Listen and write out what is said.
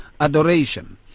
adoration